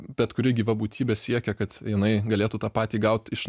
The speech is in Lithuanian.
bet kuri gyva būtybė siekia kad jinai galėtų tą patį gaut iš